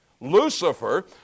Lucifer